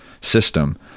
system